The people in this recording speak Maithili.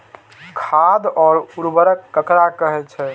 खाद और उर्वरक ककरा कहे छः?